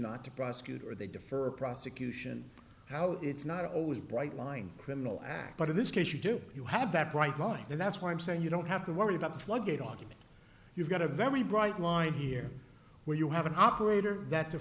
not to prosecute or they defer prosecution how it's not always bright line criminal act but in this case you do you have that bright line and that's why i'm saying you don't have to worry about the floodgate argument you've got a very bright line here where you have an operator that